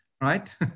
right